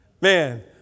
Man